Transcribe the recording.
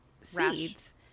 seeds